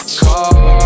call